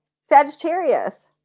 Sagittarius